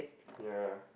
ya